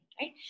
right